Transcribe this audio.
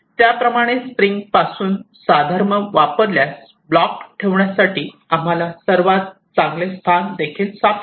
त्याप्रमाणे स्प्रिंग्जपासून साधर्म्य वापरल्यास ब्लॉक्स ठेवण्यासाठी आम्हाला सर्वात चांगले स्थान देखील सापडेल